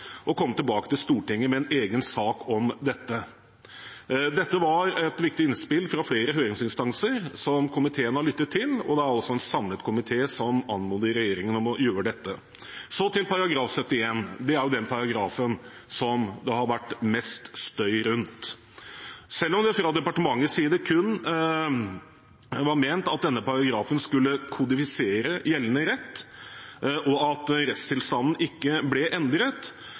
og komme tilbake til Stortinget med en egen sak om dette. Dette var et viktig innspill fra flere høringsinstanser, som komiteen har lyttet til, og det er altså en samlet komité som anmoder regjeringen om å gjøre dette. Så til § 71: Det er den paragrafen det har vær mest støy rundt. Selv om det fra departementets side kun var ment at denne paragrafen skulle kodifisere gjeldende rett, og at rettstilstanden ikke ble endret,